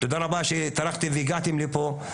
תודה רבה שטרחתם והגעתם לפה.